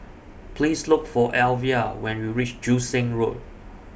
Please Look For Alvia when YOU REACH Joo Seng Road